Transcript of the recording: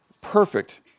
perfect